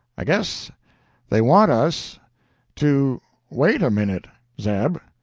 i guess they want us to wait a minute zeb,